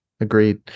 Agreed